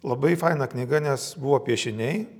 labai faina knyga nes buvo piešiniai